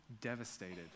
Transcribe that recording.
devastated